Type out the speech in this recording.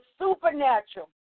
supernatural